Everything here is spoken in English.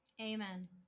Amen